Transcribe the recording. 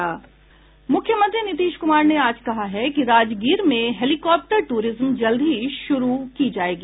मुख्यमंत्री नीतीश कुमार ने आज कहा है कि राजगीर में हेलीकॉप्टर टूरिज्म जल्द ही शुरू की जायेगी